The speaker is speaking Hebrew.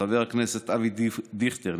חבר הכנסת אבי דיכטר,